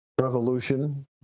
revolution